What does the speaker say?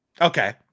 Okay